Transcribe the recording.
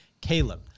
Caleb